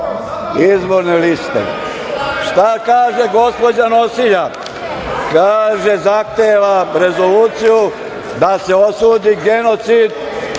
izborne liste? Šta kaže gospođa nosilja? Kaže – zahtevam rezoluciju da se osudi genocid